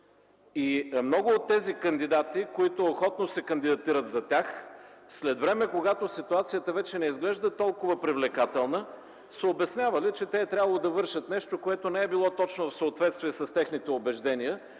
Много от тези кандидати, които охотно се кандидатират за тях, след време, когато ситуацията вече не изглежда толкова привлекателна, са обяснявали, че те е трябвало да вършат нещо, което не е било точно в съответствие с техните убеждения